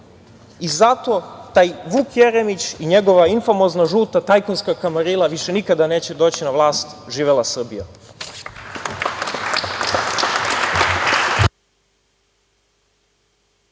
I zato taj Vuk Jeremić i njegova infamozna žuta tajkunska kamarila više nikada neće doći na vlast. Živela Srbija!